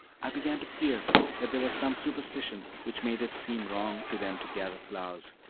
i began to fear that there was some superstition which made it seem wrong to them to gather flowers,